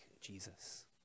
Jesus